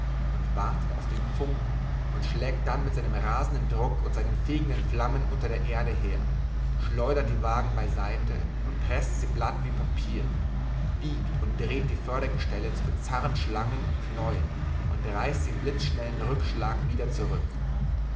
und wartet auf den funken und schlägt dann mit seinem rasenden druck und seinen fegenden flammen unter der erde her schleudert die wagen beiseite und preßt sie platt wie papier biegt und dreht die fördergestelle zu bizarren schlangen und knäueln und reißt sie im blitzschnellen rückschlag wieder zurück